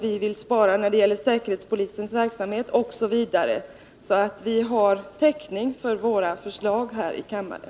Vi vill spara när det gäller säkerhetspolisens verksamhet, osv. Så vi har täckning för våra förslag här i kammaren.